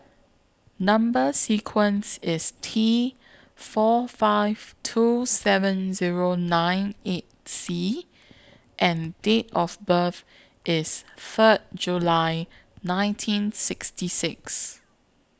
Number sequence IS T four five two seven Zero nine eight C and Date of birth IS Third July nineteen sixty six